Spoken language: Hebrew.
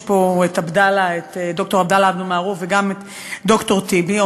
ישנם פה ד"ר עבדאללה אבו מערוף וגם ד"ר טיבי,